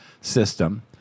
system